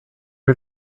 are